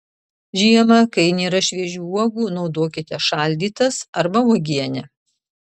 žiemą kai nėra šviežių uogų naudokite šaldytas arba uogienę